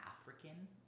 African